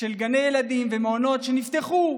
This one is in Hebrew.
של גני ילדים ומעונות שנפתחו,